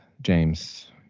James